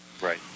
right